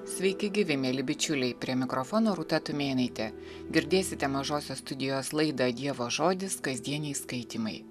sveiki gyvi mieli bičiuliai prie mikrofono rūta tumėnaitė girdėsite mažosios studijos laidą dievo žodis kasdieniai skaitymai